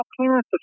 clearance